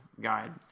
guide